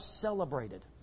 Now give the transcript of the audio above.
celebrated